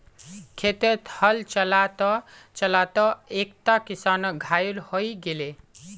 खेतत हल चला त चला त एकता किसान घायल हय गेले